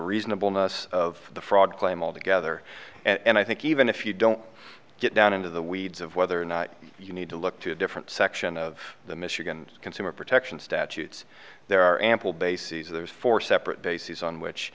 reasonableness of the fraud claim altogether and i think even if you don't get down into the weeds of whether or not you need to look to a different section of the michigan consumer protection statutes there are ample bases there's four separate bases on which